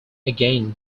again